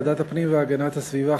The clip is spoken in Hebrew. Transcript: ועדת הפנים והגנת הסביבה,